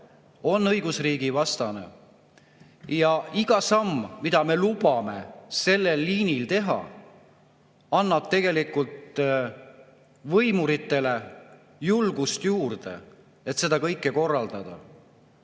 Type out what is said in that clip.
on õigusriigivastane. Ja iga samm, mille me lubame sellel liinil teha, annab tegelikult võimuritele julgust juurde, et seda kõike korraldada.